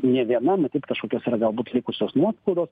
nė viena matyt kažkokios ar galbūt likusios nuoskaudos